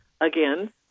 again